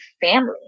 family